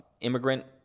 immigrant